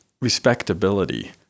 respectability